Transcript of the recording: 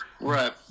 Right